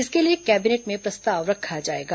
इसके लिए कैबिनेट में प्रस्ताव रखा जाएगा